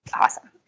awesome